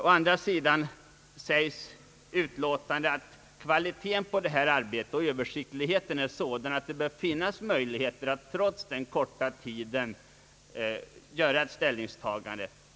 Å andra sidan frambhålles i utlåtandet att kvaliteten och översiktligheten i studierna är sådana att det bör finnas möjligheter att trots den korta tiden göra ett ställningstagande.